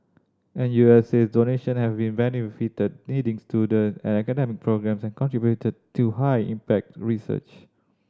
N U S says donation have benefited needy student and academic programmes and contributed to high impact research